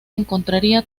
encontraría